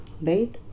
right